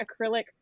acrylic